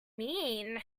mean